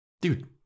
Dude